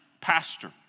pastor